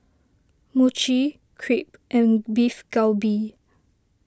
Mochi Crepe and Beef Galbi